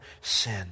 sin